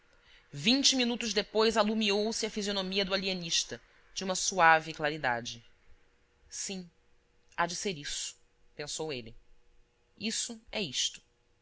vinte minutos depois alumiou se a fisionomia do alienista de uma suave claridade sim há de ser isso pensou ele isso é isto